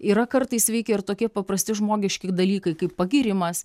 yra kartais veikia ir tokie paprasti žmogiški dalykai kaip pagyrimas